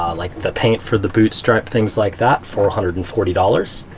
um like the paint for the boot stripe things like that four hundred and forty dollars.